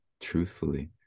truthfully